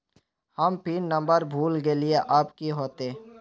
हम pin number भूल गलिऐ अब की होते?